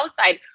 outside